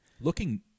Looking